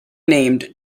named